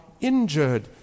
injured